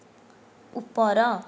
ଉପର